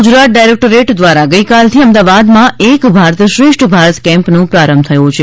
Gujarat directorate દ્વારા ગઇકાલથી અમદાવાદમાં એક ભારત શ્રેષ્ઠ ભારત કેમ્પનો પ્રારંભ થયો છે